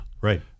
Right